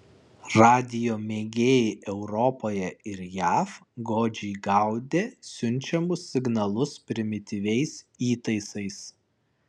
radijo mėgėjai europoje ir jav godžiai gaudė siunčiamus signalus primityviais įtaisais